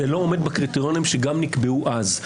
שזה לא עומד בקריטריונים שנקבעו גם אז.